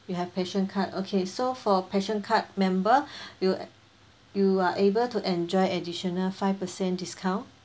you have passion card okay so for passion card member you will you are able to enjoy additional five percent discount